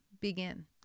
begin